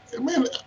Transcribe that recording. man